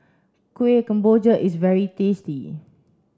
Kueh Kemboja is very tasty